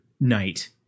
night